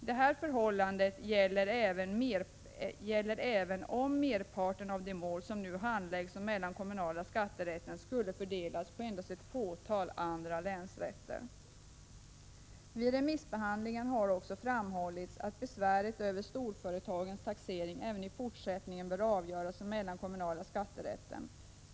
Detta förhållande gäller även om merparten av de mål som nu handläggs av den mellankommunala skatterätten skulle fördelas på endast ett fåtal andra länsrätter. Vid remissbehandlingen har också framhållits att besvär över storföretagens taxeringar även i fortsättningen bör avgöras av den mellankommunala skatterätten.